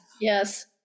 yes